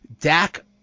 Dak